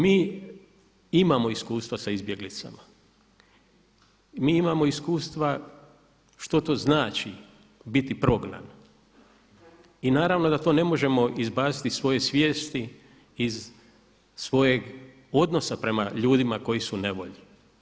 Mi imamo iskustva sa izbjeglicama, mi imamo iskustva što to znači biti prognan i naravno da to ne možemo izbaciti iz svoje svijesti iz svojeg odnosa prema ljudima koji su u nevolji.